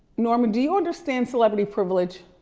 norman, do you understand celebrity privilege?